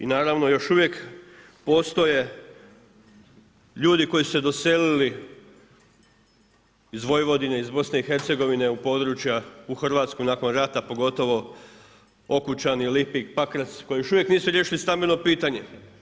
I naravno još uvijek postoje ljudi koji su se doselili iz Vojvodine, iz BiH u područja u Hrvatsku nakon rata, pogotovo Okučani, Lipik, Pakrac koji još uvijek nisu riješili stambeno pitanje.